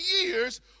years